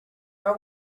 are